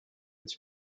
its